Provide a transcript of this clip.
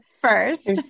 first